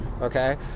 Okay